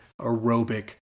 aerobic